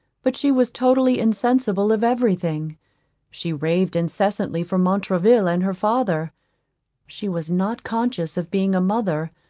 but she was totally insensible of every thing she raved incessantly for montraville and her father she was not conscious of being a mother,